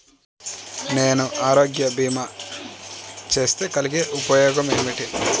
నేను ఆరోగ్య భీమా చేస్తే కలిగే ఉపయోగమేమిటీ?